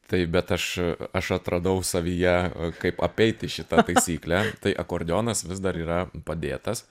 tai bet aš aš atradau savyje kaip apeiti šitą taisyklę tai akordeonas vis dar yra padėtas